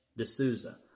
D'Souza